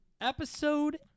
Episode